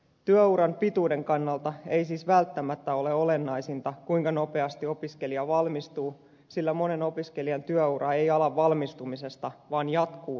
työuran pituuden kannalta ei siis välttämättä ole olennaisinta kuinka nopeasti opiskelija valmistuu sillä monen opiskelijan työura ei ala valmistumisesta vaan jatkuu siitä